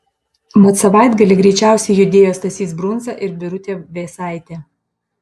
mat savaitgalį greičiausiai judėjo stasys brunza ir birutė vėsaitė